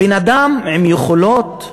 בן-אדם עם יכולות,